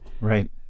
right